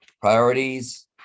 priorities